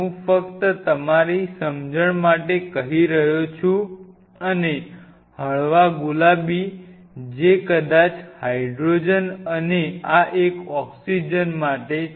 હું ફક્ત તમારી સમજણ માટે કહી રહ્યો છું અને હળવા ગુલાબી જે કદાચ હાઇડ્રોજન અને આ એક ઓક્સિજન માટે છે